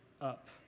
up